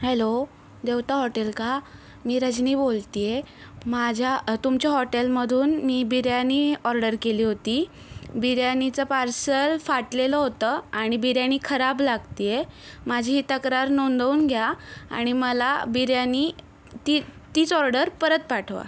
hello Devta hotel का मी रजनी बोलते आहे माझ्या तुमच्या हॉटेलमधून मी बिर्याणी ऑर्डर केली होती बिर्याणीचं पार्सल फाटलेलं होतं आणि बिर्याणी खराब लागते आहे माझी ही तक्रार नोंदवून घ्या आणि मला बिर्याणी ती तीच ऑर्डर परत पाठवा